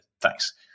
Thanks